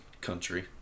country